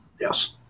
Yes